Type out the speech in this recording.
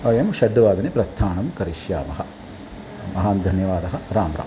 वयं षड् वादने प्रस्थानं करिष्यामः महान् धन्यवादः रामरामः